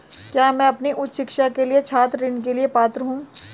क्या मैं अपनी उच्च शिक्षा के लिए छात्र ऋण के लिए पात्र हूँ?